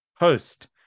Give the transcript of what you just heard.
Host